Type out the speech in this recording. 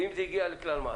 ואם זה הגיע לכלל מעשה.